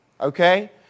Okay